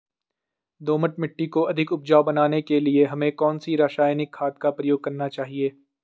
दोमट मिट्टी को अधिक उपजाऊ बनाने के लिए हमें कौन सी रासायनिक खाद का प्रयोग करना चाहिए?